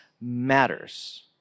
matters